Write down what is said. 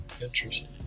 interesting